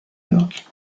york